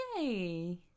Yay